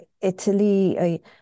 Italy